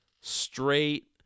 straight